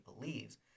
believes